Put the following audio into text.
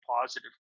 positive